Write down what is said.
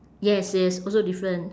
yes yes also different